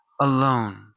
alone